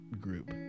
group